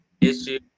issue